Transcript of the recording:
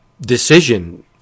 decision